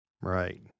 Right